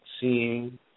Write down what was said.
seeing